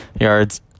Yards